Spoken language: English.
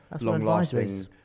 long-lasting